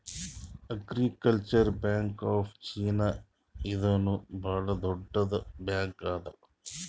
agricultural bank of China ಇದೂನು ಭಾಳ್ ದೊಡ್ಡುದ್ ಬ್ಯಾಂಕ್ ಅದಾ